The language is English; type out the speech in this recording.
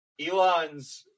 Elon's